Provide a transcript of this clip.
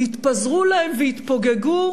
התפזרו להם והתפוגגו